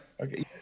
okay